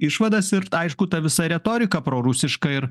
išvadas ir aišku ta visa retorika prorusiška ir